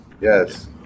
Yes